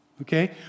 okay